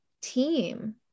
team